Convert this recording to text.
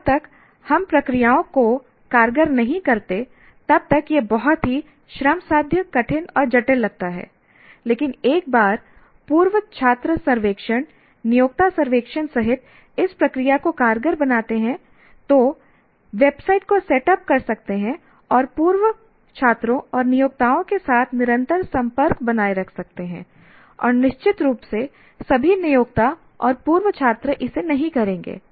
जब तक हम प्रक्रियाओं को कारगर नहीं करते तब तक यह बहुत ही श्रमसाध्य कठिन और जटिल लगता है लेकिन एक बार पूर्व छात्र सर्वेक्षण नियोक्ता सर्वेक्षण सहित इस प्रक्रिया को कारगर बनाते हैं तो वेबसाइट को सेटअप कर सकते हैं और पूर्व छात्रों और नियोक्ताओं के साथ निरंतर संपर्क बनाए रख सकते हैं और निश्चित रूप से सभी नियोक्ता और पूर्व छात्र नहीं करेंगे